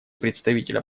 представителя